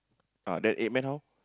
ah eight men then how